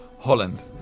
Holland